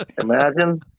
imagine